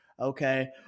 Okay